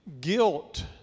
guilt